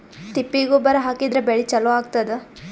ತಿಪ್ಪಿ ಗೊಬ್ಬರ ಹಾಕಿದ್ರ ಬೆಳಿ ಚಲೋ ಆಗತದ?